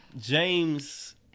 james